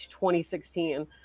2016